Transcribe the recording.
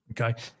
Okay